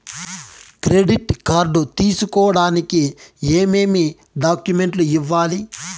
credit card తీసుకోడానికి ఏమేమి డాక్యుమెంట్లు ఇవ్వాలి